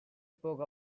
spoke